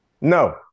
No